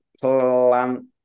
Plant